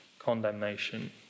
Condemnation